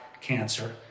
cancer